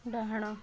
ଡାହାଣ